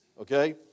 okay